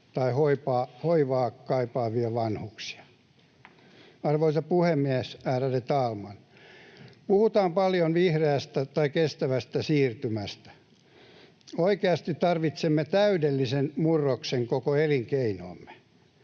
tai hoivaa kaipaavia vanhuksia. Arvoisa puhemies, ärade talman! Puhutaan paljon vihreästä tai kestävästä siirtymästä. Oikeasti tarvitsemme täydellisen murroksen koko elinkeinoomme.